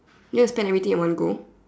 you wanna spend everything at one go